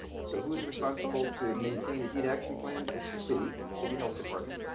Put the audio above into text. so who's responsible to maintain a heat action plan? it's the city, city health department.